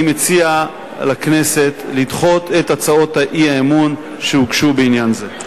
אני מציע לכנסת לדחות את הצעות האי-אמון שהוגשו בעניין זה.